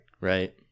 Right